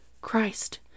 Christ